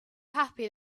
happy